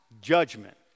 judgment